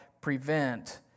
prevent